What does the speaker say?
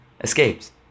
escapes